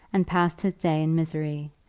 and passed his day in misery,